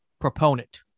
proponent